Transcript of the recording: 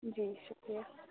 جی شُکریہ